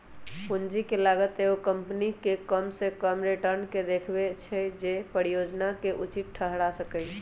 पूंजी के लागत एगो कंपनी के कम से कम रिटर्न के देखबै छै जे परिजोजना के उचित ठहरा सकइ